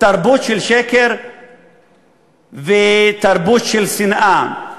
תרבות של שקר ותרבות של שנאה.